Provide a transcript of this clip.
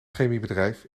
chemiebedrijf